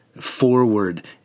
forward